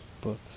books